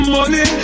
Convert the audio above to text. Money